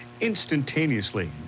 instantaneously